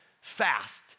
fast